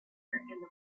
quarterfinals